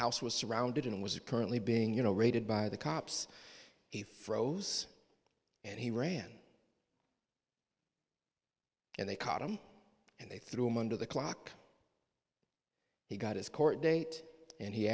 house was surrounded and was currently being you know raided by the cops he throws and he ran and they caught him and they threw him under the clock he got his court date and he